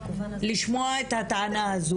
לשמוע את הטענה הזו,